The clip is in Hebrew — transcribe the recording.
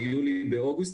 ביולי ובאוגוסט,